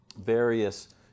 various